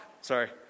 Sorry